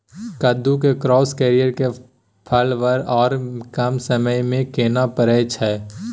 कद्दू के क्रॉस करिये के फल बर आर कम समय में केना फरय छै?